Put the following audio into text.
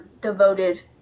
devoted